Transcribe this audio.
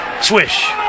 Swish